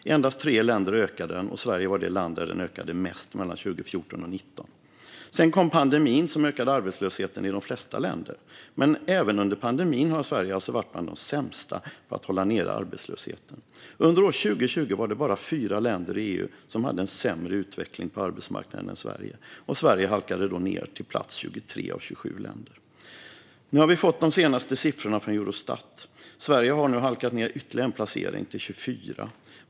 I endast tre länder ökade den, och Sverige var det land där den ökade mest mellan 2014 och 2019. Sedan kom pandemin, som ökade arbetslösheten i de flesta länder. Men även under pandemin har Sverige alltså varit bland de sämsta på att hålla nere arbetslösheten. Under år 2020 var det bara fyra länder i EU som hade en sämre utveckling på arbetsmarknaden än Sverige, och Sverige halkade då ned till plats 23 av 27 länder. Nu har vi fått de senaste siffrorna från Eurostat. Sverige har nu halkat ned ytterligare en placering till plats 24.